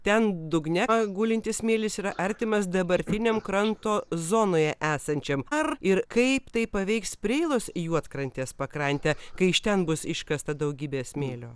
ten dugne gulintis smėlis yra artimas dabartiniam kranto zonoje esančiam ar ir kaip tai paveiks preilos juodkrantės pakrantę kai iš ten bus iškasta daugybė smėlio